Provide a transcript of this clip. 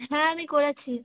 হ্যাঁ আমি করেছি